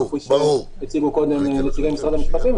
כפי שהציגו קודם נציגי משרד המשפטים,